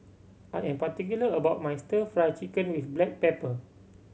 I am particular about my Stir Fried Chicken with black pepper